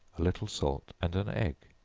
a little salt, and an egg,